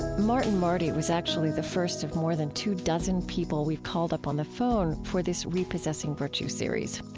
martin marty was actually the first of more than two dozen people we called up on the phone for this repossessing virtue series,